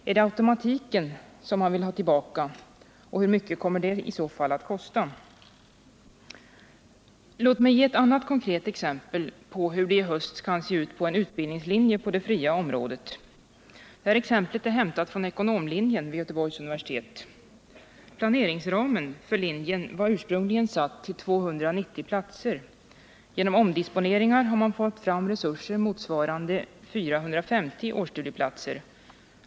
Om det är automatiken som man vill ha tillbaka, hur mycket kommer det i så fall att kosta? Låt mig ge ett annat konkret exempel på hur det i höst kan se ut på en utbildningslinje på det fria området. Det här exemplet är hämtat från ekonomlinjen vid Göteborgs universitet. Planeringsramen för linjen var ursprungligen satt till 290 platser. Genom omdisponeringar har man fått fram resurser motsvarande 450 årsstudieplatser.